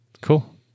Cool